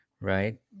right